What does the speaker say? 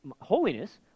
holiness